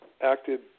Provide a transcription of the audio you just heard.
acted